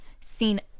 seen